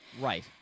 Right